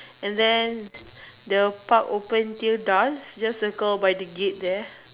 and then the park open till dawn just circle by the gate there